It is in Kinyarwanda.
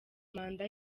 manda